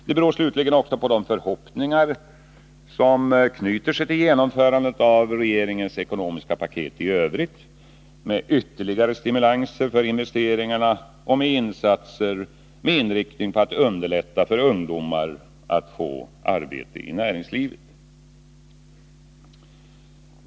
Det beror slutligen också på de förhoppningar som knyter sig till genomförandet av regeringens ekonomiska paket i övrigt, med ytterligare stimulanser för investeringarna och med insatser med inriktning på att underlätta för ungdomar att få arbete i näringslivet.